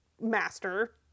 master